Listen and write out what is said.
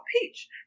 Peach